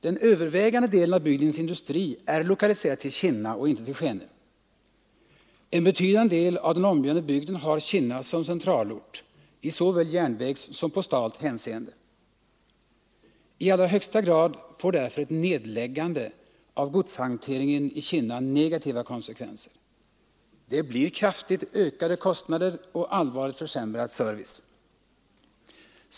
Den övervägande delen av bygdens industri är lokaliserad till Kinna och inte till Skene. En betydande del av den omgivande bygden har Kinna som centralort i såväl järnvägssom postalt hänseende. I allra högsta grad får därför ett nedläggande av godshanteringen i Kinna negativa konsekvenser. Det blir kraftigt ökade kostnader och allvarligt försämrad service.